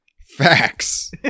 Facts